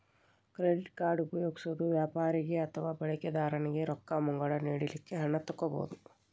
credit card ಉಪಯೊಗ್ಸೊರು ವ್ಯಾಪಾರಿಗೆ ಅಥವಾ ಬಳಕಿದಾರನಿಗೆ ರೊಕ್ಕ ಮುಂಗಡ ನೇಡಲಿಕ್ಕೆ ಹಣ ತಕ್ಕೊಬಹುದು